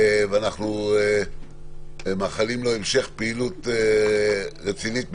ואנחנו מאחלים לו המשך פעילות רצינית מהבית,